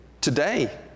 today